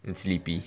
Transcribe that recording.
and sleepy